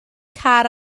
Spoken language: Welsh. car